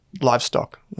livestock